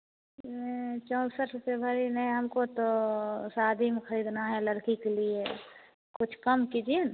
चौंसठ रुपये भरी नहीं हमको तो शादी में खरीदना है लड़की के लिए कुछ कम कीजिए